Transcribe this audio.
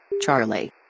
Charlie